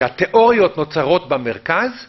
התיאוריות נוצרות במרכז